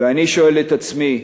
ואני שואל את עצמי,